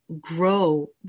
grow